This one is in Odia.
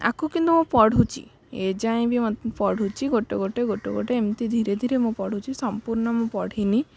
ଆକୁ କିନ୍ତୁ ମୁଁ ପଢ଼ୁଛି ଏଯାଏଁ ବି ପଢ଼ୁଛି ଗୋଟେ ଗୋଟେ ଗୋଟେ ଗୋଟେ ଏମିତି ଧୀରେ ଧୀରେ ମୁଁ ପଢ଼ୁଛି ସମ୍ପୂର୍ଣ୍ଣ ମୁଁ ପଢ଼ିନି